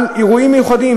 על אירועים מיוחדים,